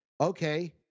okay